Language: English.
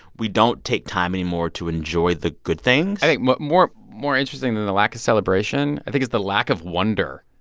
we don't take time anymore to enjoy the good things i think more more interesting than the lack of celebration, i think, is the lack of wonder.